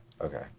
Okay